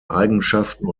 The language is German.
eigenschaften